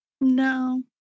no